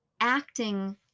acting